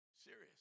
Serious